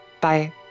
Bye